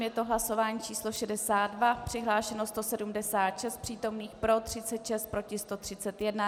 Je to hlasování číslo 62, přihlášeno 176 přítomných, pro 36, proti 131.